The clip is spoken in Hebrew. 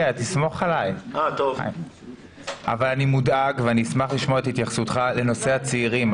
אבל אני מודאג ואני אשמח לשמוע את התייחסותך לנושא הצעירים.